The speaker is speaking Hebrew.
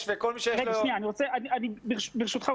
ברשותך,